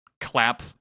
clap